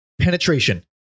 Penetration